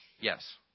Yes